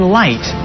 light